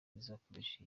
izakoresha